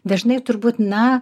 dažnai turbūt na